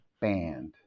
band